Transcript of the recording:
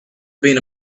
been